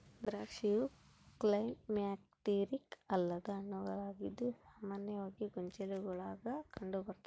ದ್ರಾಕ್ಷಿಯು ಕ್ಲೈಮ್ಯಾಕ್ಟೀರಿಕ್ ಅಲ್ಲದ ಹಣ್ಣುಗಳಾಗಿದ್ದು ಸಾಮಾನ್ಯವಾಗಿ ಗೊಂಚಲುಗುಳಾಗ ಕಂಡುಬರ್ತತೆ